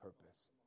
purpose